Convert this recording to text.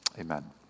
Amen